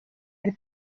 del